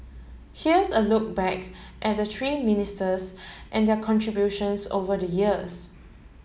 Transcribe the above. here's a look back at the three ministers and their contributions over the years